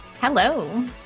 Hello